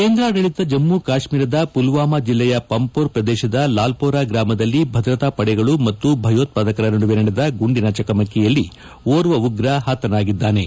ಕೇಂದ್ರಾಡಳಿತ ಜಮ್ಮ ಕಾಶ್ಮೀರದ ಮಲ್ವಾಮಾ ಜಿಲ್ಲೆಯ ಪಂಹೋರ್ ಪ್ರದೇಶದ ಲಾಲ್ ಪಡೆಗಳು ಮತ್ತು ಭಯೋತ್ಪಾದಕರ ನಡುವೆ ನಡೆದ ಗುಂಡಿನ ಚಕಮಕಿಯಲ್ಲಿ ಓರ್ವ ಉಗ್ರ ಹತನಾಗಿದ್ದಾನೆ